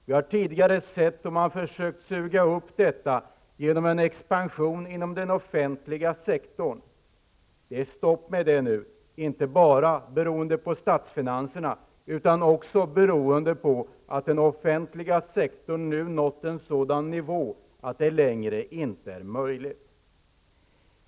Vi har tidigare sett hur man har försökt suga upp detta genom en expansion inom den offentliga sektorn. Det är stopp för det nu, inte bara beroende på statsfinanserna utan också beroende på att den offentliga sektorn nu nått en sådan omfattning att det inte längre är möjligt.